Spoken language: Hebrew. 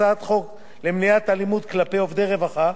את הצעת חוק למניעת אלימות כלפי עובדי רווחה,